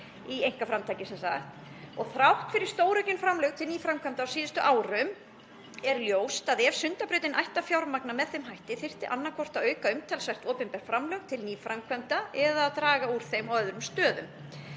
Þrátt fyrir stóraukin framlög til nýframkvæmda á síðustu árum er ljóst að ef Sundabraut ætti að fjármagna með þeim hætti þyrfti annaðhvort að auka umtalsvert opinber framlög til nýframkvæmda eða draga úr þeim á öðrum stöðum.